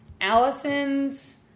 Allison's